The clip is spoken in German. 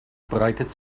breitet